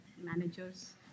managers